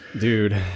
Dude